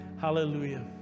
Hallelujah